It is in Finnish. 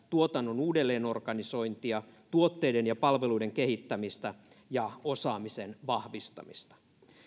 tuotannon uudelleenorganisointia tuotteiden ja palveluiden kehittämistä ja osaamisen vahvistamista